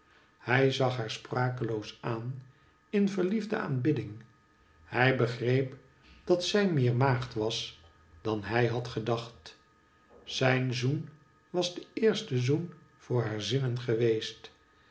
hij zag haar sprakeloos aan in verliefde aanbidding hij begreep dat zij meer maagd was dan hij had gedacht zijn zoen was de eerste zoen voor haar zinnen geweest